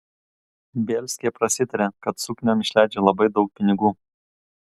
bielskė prasitarė kad sukniom išleidžia labai daug pinigų